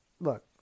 look